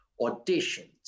auditions